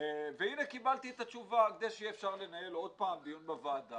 והנה קיבלתי את התשובה: כדי שאפשר יהיה לנהל עוד פעם דיון בוועדה,